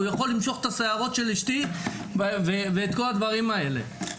הוא יכול למשוך את השערות של אשתי ואת כל הדברים האלה.